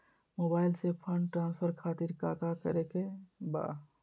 Mobile से fund transfer खातिर काका करे के बा?